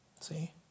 See